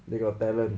they got talent